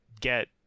get